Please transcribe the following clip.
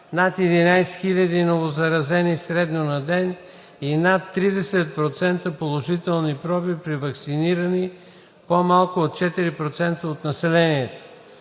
над 11 хиляди новозаразени средно на ден и над 30% положителни проби при ваксинирани по-малко от 4% от населението.